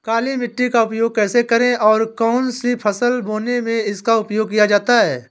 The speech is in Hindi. काली मिट्टी का उपयोग कैसे करें और कौन सी फसल बोने में इसका उपयोग किया जाता है?